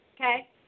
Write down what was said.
okay